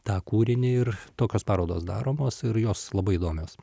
tą kūrinį ir tokios parodos daromos ir jos labai įdomios